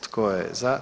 Tko je za?